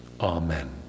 Amen